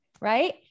right